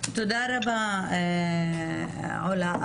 תודה רבה, עולא.